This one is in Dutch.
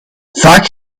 vaak